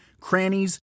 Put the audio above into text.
crannies